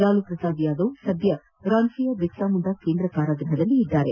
ಲಾಲೂ ಪ್ರಸಾದ್ ಯಾದವ್ ಸದ್ಯ ರಾಂಚಿಯ ಬಿರ್ಸಾಮುಂಡಾ ಕೇಂದ್ರ ಕಾರಾಗೃಹದಲ್ಲಿದ್ದಾರೆ